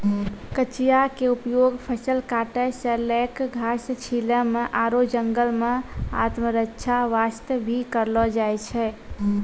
कचिया के उपयोग फसल काटै सॅ लैक घास छीलै म आरो जंगल मॅ आत्मरक्षा वास्तॅ भी करलो जाय छै